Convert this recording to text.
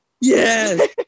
yes